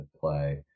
play